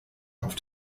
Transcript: auf